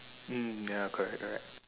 mm ya correct correct